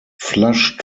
flush